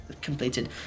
completed